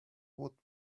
would